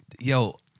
yo